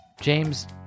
James